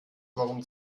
warum